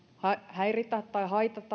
häiritä tai haitata